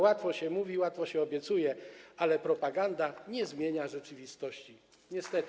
Łatwo się mówi, łatwo się obiecuje, ale propaganda nie zmienia rzeczywistości niestety.